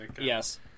Yes